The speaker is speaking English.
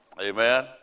Amen